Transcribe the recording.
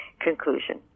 conclusion